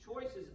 choices